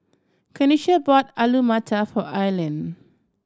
Kanisha bought Alu Matar for Aylin